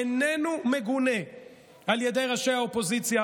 איננו מגונה על ידי ראשי האופוזיציה,